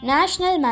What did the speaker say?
National